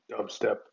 dubstep